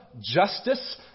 justice